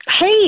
Hey